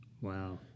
Wow